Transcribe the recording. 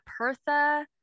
Pertha